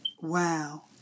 Wow